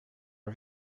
are